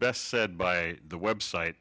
best said by the website